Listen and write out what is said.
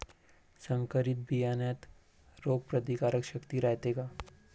संकरित बियान्यात रोग प्रतिकारशक्ती रायते का?